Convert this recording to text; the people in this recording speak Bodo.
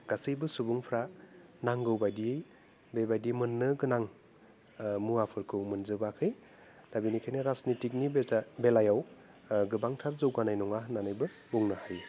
गासैबो सुबुंफ्रा नांगौ बायदियै बेबायदि मोननो गोनां मुवाफोरखौ मोनजोबाखै दा बेनिखायनो राजनिथिगनि बेजा बेलायाव गोबांथार जौगानाय नङा होन्नानैबो बुंनो हायो